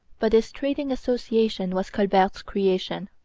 but this trading association was colbert's creation.